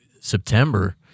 September –